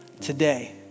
today